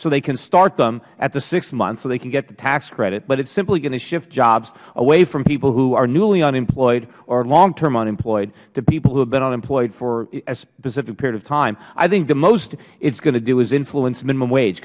so they can start them at the six months so they can get the tax credit but it is simply going to shift jobs away from people who are newly unemployed or long term unemployed to people who have been unemployed for a specific period of time i think the most it is going to do is influence minimize wage